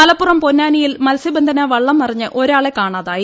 മലപ്പുറം പൊന്നാനിയിൽ മത്സ്യബന്ധന വള്ളം മറിഞ്ഞ് ഒരാളെ കാണാതായി